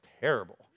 terrible